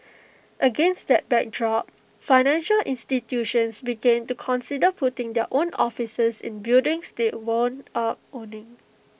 against that backdrop financial institutions began to consider putting their own offices in buildings they wound up owning